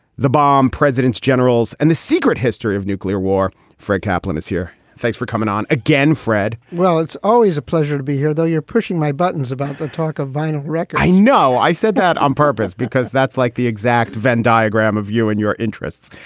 the bomb, presidents, generals and the secret history of nuclear war. fred kaplan is here. thanks for coming on again, fred well, it's always a pleasure to be here, though. you're pushing my buttons about the talk of vinyl rick, i know i said that on purpose because that's like the exact venn diagram of you and your interests.